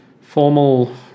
formal